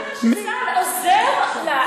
לא מאמינה שצה"ל עוזר לה,